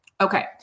Okay